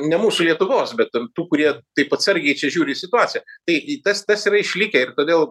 ne mūsų lietuvos bet tų kurie taip atsargiai žiūri į situaciją tai į tas tas yra išlikę ir todėl